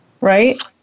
right